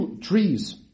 trees